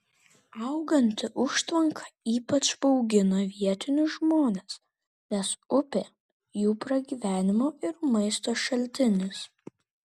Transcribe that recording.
auganti užtvanka ypač baugina vietinius žmones nes upė jų pragyvenimo ir maisto šaltinis